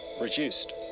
reduced